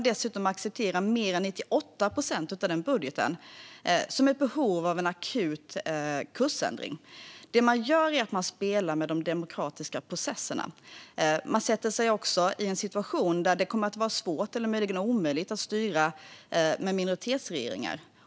Dessutom accepterar man mer än 98 procent av budgeten som ett behov av en akut kursändring. Det man gör är att man spelar med de demokratiska processerna. Man försätter sig också i en situation där det kommer att vara svårt eller möjligen omöjligt att styra i minoritetsregeringar.